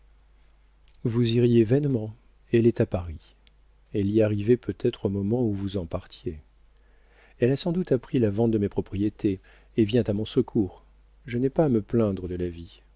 vous iriez vainement elle est à paris elle y arrivait peut-être au moment où vous en partiez elle a sans doute appris la vente de mes propriétés et vient à mon secours je n'ai pas à me plaindre de la vie